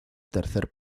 tercer